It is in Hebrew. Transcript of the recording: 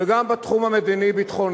וגם בתחום המדיני-ביטחוני.